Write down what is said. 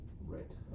Right